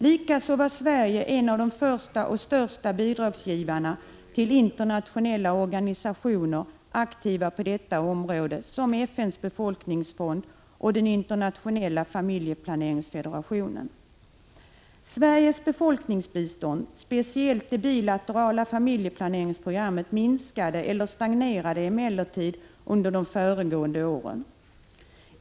Likaså var Sverige en av de första och största bidragsgivarna till internationella organisationer som var aktiva på detta område, som FN:s befolkningsfond, UNFPA, och den internationella familjeplaneringsfederationen, IPPF. Sveriges befolkningsbistånd, speciellt det bilaterala familjeplaneringsprogrammet, minskade eller stagnerade emellertid under de föregående åren.